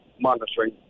monitoring